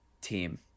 team